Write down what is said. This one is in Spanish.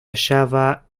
hallaba